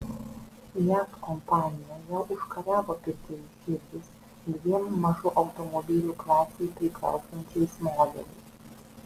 jav kompanija jau užkariavo pirkėjų širdis dviem mažų automobilių klasei priklausančiais modeliais